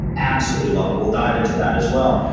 absolutely love it. we'll dive into that as well.